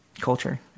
culture